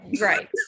right